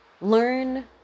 learn